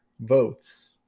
votes